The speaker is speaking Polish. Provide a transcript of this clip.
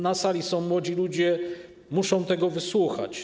Na sali są młodzi ludzie, którzy muszą tego wysłuchać.